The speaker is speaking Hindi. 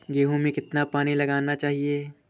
गेहूँ में कितना पानी लगाना चाहिए?